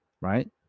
right